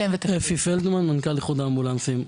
שמי אפי פלדמן, מנכ"ל איחוד האמבולנסים.